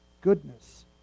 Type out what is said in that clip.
goodness